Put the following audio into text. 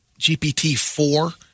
GPT-4